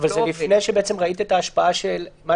אבל זה לפני שבעצם ראית את ההשפעה של מה